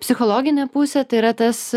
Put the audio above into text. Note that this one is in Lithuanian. psichologinė pusė tai yra tas